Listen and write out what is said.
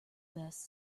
best